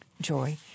Joy